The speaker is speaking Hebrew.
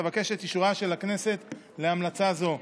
אבקש את אישורה של הכנסת להמלצה זו.